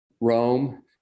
Rome